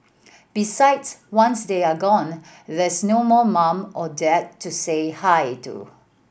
besides once they are gone there's no more mum or dad to say hi to